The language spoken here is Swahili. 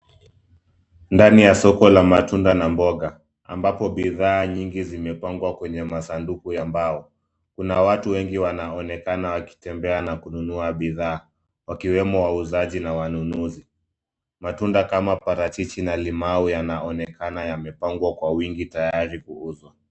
Ndani ya soko la matunda na mboga ambapo bidhaa nyingi zimepangwa kwenye masanduku ya mbao. Kuna watu wengi wanaonekana wakitembea na kununua bidhaa, wakiwemo wauzaji na wanunuzi. Matunda kama parachichi na limau yanaonekana yamepangwa kwa wingi tayari kuuzwa.